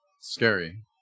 Scary